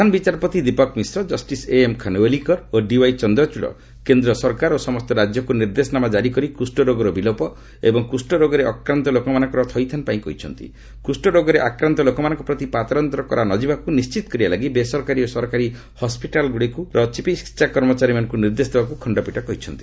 ପ୍ରଧାନ ବିଚାରପତି Dipak Mishra justice A M Khanwilkar ଓ D Y Chandrachud କେନ୍ଦ୍ର ସରକାର ଓ ସମସ୍ତ ରାଜ୍ୟକୁ ନିର୍ଦ୍ଦେଶମାନ ଜାରି କରି କୁଷ୍ଠ ରୋଗର ବିଲୋପ ଏବଂ କୁଷ୍ଠ ରୋଗରେ ଆକ୍ରାନ୍ତ ଲୋକମାନଙ୍କର ଥଇଥାନପାଇଁ କହିଛନ୍ତି କୁଷ୍ଠରୋଗରେ ଆକ୍ରାନ୍ତ ଲୋକମାନଙ୍କ ପ୍ରତି ପାତର ଅନ୍ତର କରା ନ ଯିବାକୁ ନିର୍ଣ୍ଣିତ କରିବା ଲାଗି ବେସରକାରୀ ଓ ସରକାରୀ ହସ୍କିଟାଲ୍ଗୁଡ଼ିକର ଚିକିତ୍ସା କର୍ମଚାରୀମାନଙ୍କୁ ନିର୍ଦ୍ଦୋ ଦେବାକୁ ଖଣ୍ଡପୀଠ କହିଛନ୍ତି